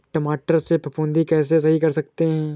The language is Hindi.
टमाटर से फफूंदी कैसे सही कर सकते हैं?